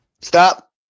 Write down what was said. Stop